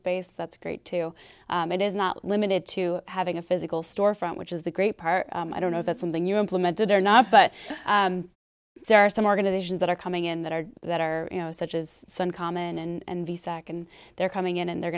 space that's great too it is not limited to having a physical storefront which is the great part i don't know if that's something you implemented or not but there are some organizations that are coming in that are that are you know such as some common and de sac and they're coming in and they're